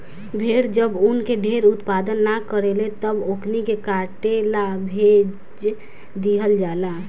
भेड़ जब ऊन के ढेर उत्पादन न करेले तब ओकनी के काटे ला भेज दीहल जाला